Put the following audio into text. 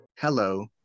Hello